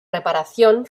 reparación